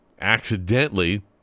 accidentally